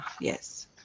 Yes